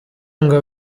ngo